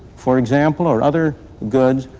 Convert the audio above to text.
for example, or other goods,